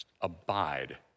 Abide